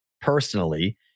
personally